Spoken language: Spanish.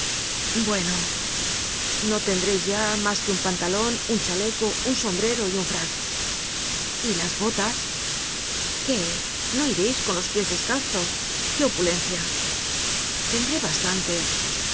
bueno no tendreis ya mas que un pantalon un chaleco un sombrero y un frac y las botas qué no ireis con los pies descalzos qué opulencia